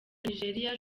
nigeria